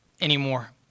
anymore